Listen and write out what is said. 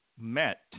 met